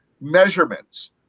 measurements